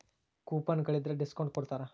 coupon ಗಳಿದ್ರ discount ಕೊಡ್ತಾರ